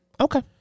Okay